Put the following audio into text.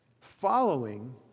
following